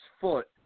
foot